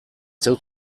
zeu